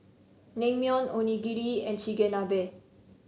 Naengmyeon Onigiri and Chigenabe